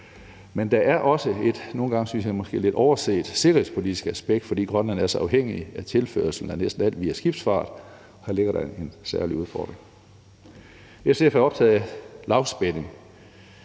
Men der er også et, synes jeg, måske nogle gange lidt overset sikkerhedspolitisk aspekt, fordi Grønland er så afhængig af tilførsel af næsten alt via skibsfart. Her ligger der en særlig udfordring. Kl. 10:08 SF er optaget af lavspænding,